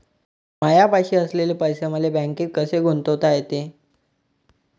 मायापाशी असलेले पैसे मले बँकेत कसे गुंतोता येते?